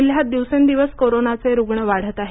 जिल्ह्यात दिवसेंदिवस कोरोनाचे रुग्ण वाढत आहेत